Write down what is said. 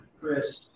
Chris